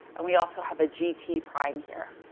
and we also have a g t prime here,